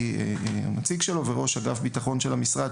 או נציג שלו; וראש אגף הביטחון של המשרד,